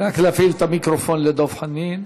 רק להפעיל את המיקרופון לדב חנין.